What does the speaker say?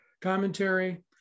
commentary